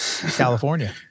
California